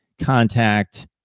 contact